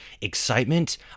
excitement